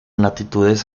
latitudes